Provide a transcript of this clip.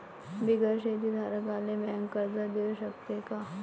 बिगर शेती धारकाले बँक कर्ज देऊ शकते का?